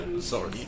sorry